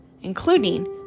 including